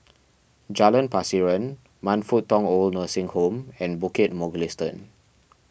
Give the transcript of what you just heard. Jalan Pasiran Man Fut Tong Old Nursing Home and Bukit Mugliston